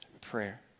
prayer